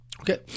okay